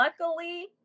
Luckily